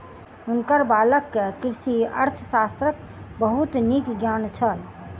हुनकर बालक के कृषि अर्थशास्त्रक बहुत नीक ज्ञान छल